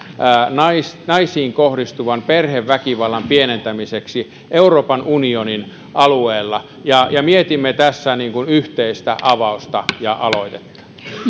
naisiin naisiin kohdistuvan perheväkivallan pienentämiseksi euroopan unionin alueella ja ja mietimme tässä yhteistä avausta ja aloitetta